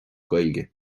gaeilge